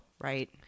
Right